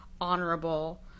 honorable